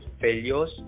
failures